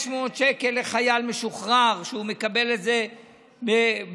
500 שקל לחייל משוחרר, והוא מקבל את זה בחוק